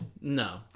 no